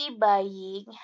buying